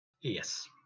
Yes